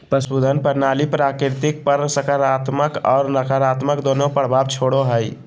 पशुधन प्रणाली प्रकृति पर सकारात्मक और नकारात्मक दोनों प्रभाव छोड़ो हइ